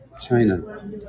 China